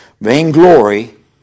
Vainglory